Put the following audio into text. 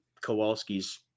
Kowalski's